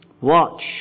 Watch